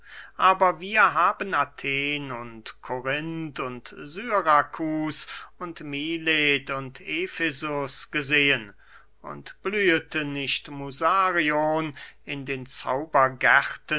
aber wir haben athen und korinth und syrakus und milet und efesus gesehen und blühete nicht musarion in den